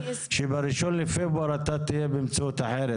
שב-1 בפברואר אתה תהיה במציאות אחרת.